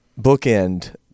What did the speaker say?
bookend